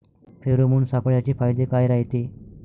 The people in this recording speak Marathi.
फेरोमोन सापळ्याचे फायदे काय रायते?